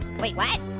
wait what?